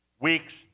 weeks